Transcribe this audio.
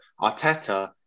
Arteta